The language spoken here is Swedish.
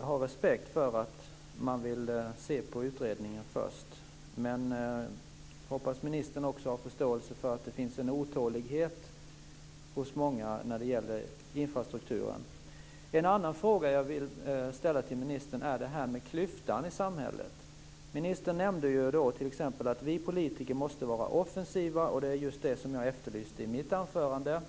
har respekt för att man vill se på utredningen först, men jag hoppas att ministern också har förståelse för att det finns en otålighet hos många när det gäller infrastrukturen. En annan fråga jag vill ställa till ministern är den som gäller klyftan i samhället. Ministern nämnde t.ex. att vi politiker måste vara offensiva. Det är just det jag har efterlyst i mitt anförande.